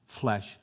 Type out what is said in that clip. flesh